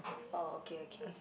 oh okay okay